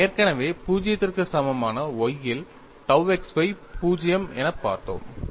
நாம் ஏற்கனவே 0 க்கு சமமான y இல் tau xy 0 எனப் பார்த்தோம்